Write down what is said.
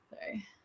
sorry